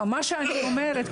מה שאני אומרת,